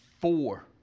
four